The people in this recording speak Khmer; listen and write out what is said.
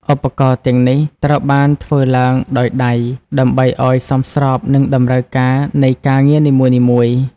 ឧបករណ៍ទាំងនេះត្រូវបានធ្វើឡើងដោយដៃដើម្បីឱ្យសមស្របនឹងតម្រូវការនៃការងារនីមួយៗ។